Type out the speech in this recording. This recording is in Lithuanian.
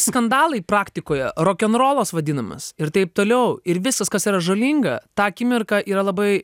skandalai praktikoje rokenrolas vadinamas ir taip toliau ir viskas kas yra žalinga tą akimirką yra labai